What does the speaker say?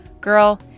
Girl